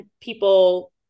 people